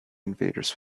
invaders